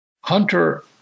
Hunter